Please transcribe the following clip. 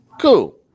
cool